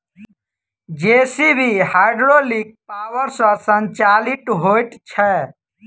JCB hydraulic power सॅ संचालित होइत छै